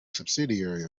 subsidiary